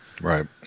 right